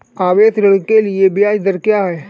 आवास ऋण के लिए ब्याज दर क्या हैं?